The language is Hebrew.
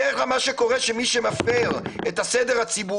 בדרך כלל מה שקורה זה שמי שמפריע לסדר הציבורי,